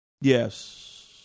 Yes